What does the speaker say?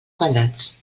quadrats